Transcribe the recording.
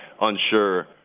unsure